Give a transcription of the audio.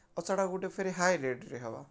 ଆଉ ସେଟା ଗୁଟେ ଫେର୍ ହାଇ ରେଟ୍ରେ ହେବା